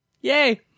Yay